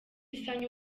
sanyu